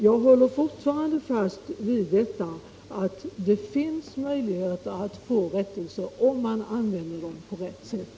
Jag håller fortfarande fast vid att det finns möjligheter att få rättelse, om man använder dem på rätt sätt.